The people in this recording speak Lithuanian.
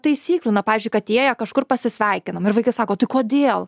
taisyklių na pavyzdžiui kad jie kažkur pasisveikinam ir vaikai sako tai kodėl